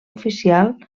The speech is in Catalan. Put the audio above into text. oficial